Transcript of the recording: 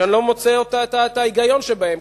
שאני לא מוצא את ההיגיון שבהן,